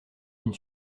une